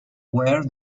wear